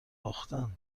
باختن